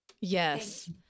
Yes